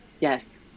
Yes